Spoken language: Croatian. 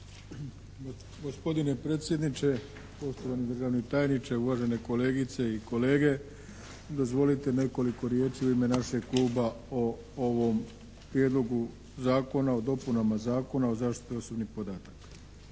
Gospodine predsjedniče, poštovani državni tajniče, uvažene kolegice i kolege, dozvolite nekoliko riječi u ime našeg kluba o ovom Prijedlogu zakona o dopunama Zakona o zaštiti osobnih podataka.